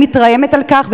אני מתרעמת על כך.